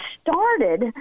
started